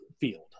field